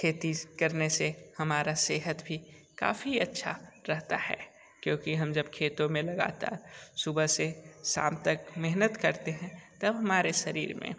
खेती करने से हमारा सेहत भी काफ़ी अच्छा रहता है क्योंकि जब हम खेतों में लगातार सुबह से शाम तक मेहनत करते हैं तब हमारे शरीर में